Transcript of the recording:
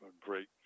great